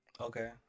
Okay